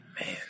man